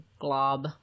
glob